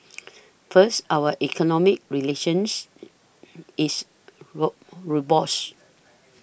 first our economic relations is what robust